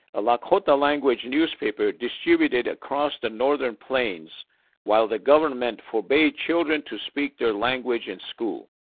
a lakota language newspaper distributed across the northern plains while the government forbade children to speak their language in school.